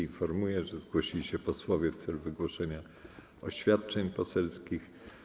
Informuję, że zgłosili się posłowie w celu wygłoszenia oświadczeń poselskich.